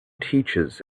teaches